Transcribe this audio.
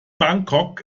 bangkok